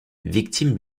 victime